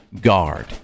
Guard